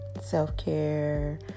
self-care